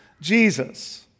Jesus